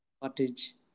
cottage